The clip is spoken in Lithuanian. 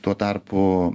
tuo tarpu